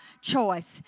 choice